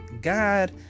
God